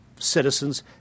citizens